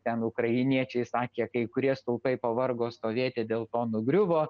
ten ukrainiečiai sakė kai kurie stulpai pavargo stovėti dėl to nugriuvo